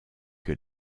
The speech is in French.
que